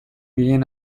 ginen